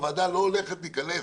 הוועדה לא הולכת להיכנס,